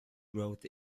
growth